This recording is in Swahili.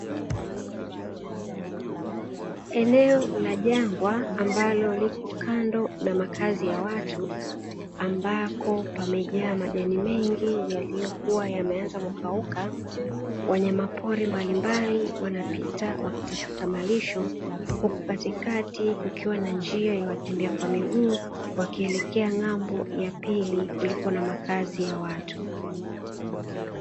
Eneo la jangwa ambalo liko kando na makazi ya watu, ambapo pamejaa majani mengi yaliyokuwa yameanza kukauka, wanyamapori mbalimbali wanapita wakitafuta malisho, huku katikati kukiwa na njia ya watembea kwa miguu wakielekea ng’ambo ya pili kuliko na makazi ya watu.